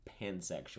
Pansexual